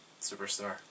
Superstar